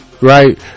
right